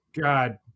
God